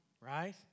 right